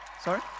Sorry